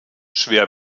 schwer